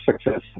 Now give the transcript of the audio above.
success